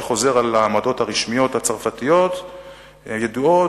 שחוזרת על העמדות הרשמיות הצרפתיות הידועות,